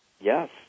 Yes